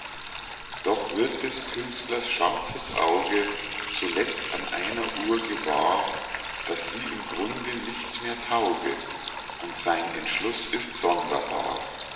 doch wird des künstlers scharfes auge zuletzt an einer uhr gewahr daß sie im grunde nichts mehr tauge und sein entschluß ist sonderbar